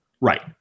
Right